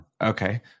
Okay